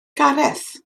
gareth